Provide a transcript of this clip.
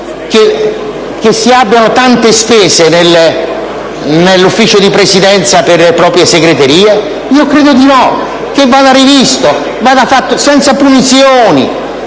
che si abbiano tante spese nel Consiglio di Presidenza per le proprie segreterie? Credo di no e che vada rivisto, senza punizioni,